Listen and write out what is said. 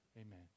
Amen